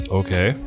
okay